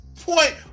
point